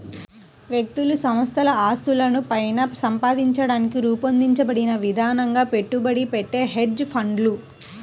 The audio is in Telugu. వ్యక్తులు సంస్థల ఆస్తులను పైన సంపాదించడానికి రూపొందించబడిన విధంగా పెట్టుబడి పెట్టే హెడ్జ్ ఫండ్లు